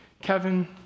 Kevin